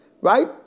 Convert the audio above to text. right